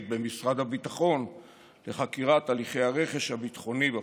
במשרד הביטחון לחקירת הליכי הרכש הביטחוני בפרשה.